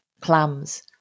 clams